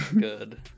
Good